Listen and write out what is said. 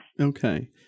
Okay